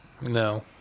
No